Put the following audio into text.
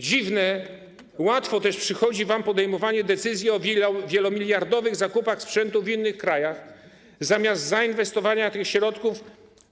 Dziwnie łatwo też przychodzi wam podejmowanie decyzji o wielomiliardowych zakupach sprzętu w innych krajach, zamiast zainwestowania tych środków